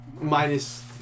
Minus